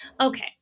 okay